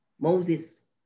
Moses